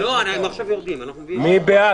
חברים,